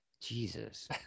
Jesus